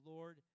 Lord